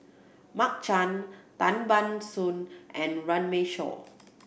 Mark Chan Tan Ban Soon and Runme Shaw